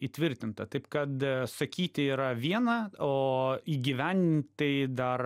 įtvirtinta taip kad sakyti yra viena o įgyvendint tai dar